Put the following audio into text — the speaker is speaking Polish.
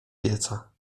pieca